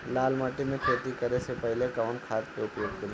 लाल माटी में खेती करे से पहिले कवन खाद के उपयोग करीं?